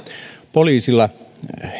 poliisilla